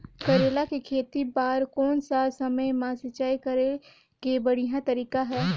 करेला के खेती बार कोन सा समय मां सिंचाई करे के बढ़िया तारीक हे?